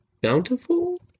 bountiful